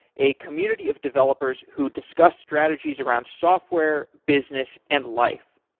a community of developers who discuss strategies around software, business, and life.